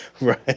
Right